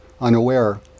unaware